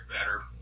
better